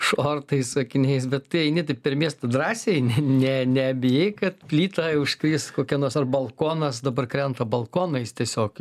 šortais su akiniais bet tai eini taip per miestą drąsiai ne ne nebijai kad plyta užkris kokia nors ar balkonas dabar krenta balkonais tiesiog